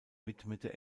widmete